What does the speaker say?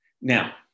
Now